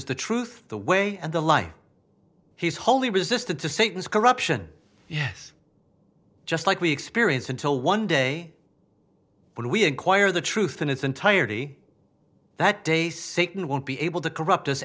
is the truth the way and the life he is holy resistant to satan's corruption yes just like we experience until one day when we acquire the truth in its entirety that day satan won't be able to corrupt us